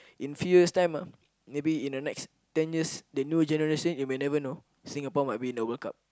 in three years time ah maybe in the next ten years the new generation you may never know Singapore might be in the World Cup